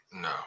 No